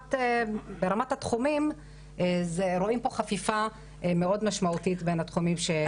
ברמת התחומים רואים פה חפיפה מאוד משמעותית בין התחומים.